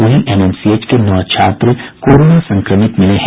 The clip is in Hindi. वहीं एनएमसीएच के नौ छात्र कोरोना संक्रमित मिले हैं